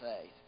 faith